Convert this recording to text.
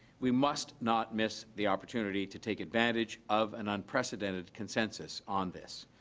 we must not miss the opportunity to take advantage of an unprecedented consensus on this.